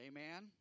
Amen